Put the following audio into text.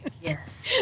Yes